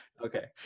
okay